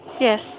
Yes